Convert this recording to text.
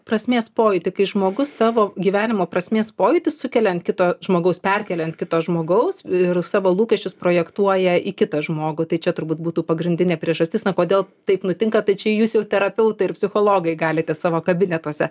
prasmės pojūtį kai žmogus savo gyvenimo prasmės pojūtį sukelia ant kito žmogaus perkelia ant kito žmogaus ir savo lūkesčius projektuoja į kitą žmogų tai čia turbūt būtų pagrindinė priežastis na kodėl taip nutinka tai čia jūs jau terapeutai ir psichologai galite savo kabinetuose